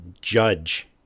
judge